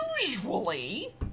usually